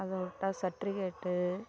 அதைவிட்டா certificate